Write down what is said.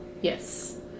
Yes